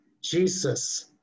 Jesus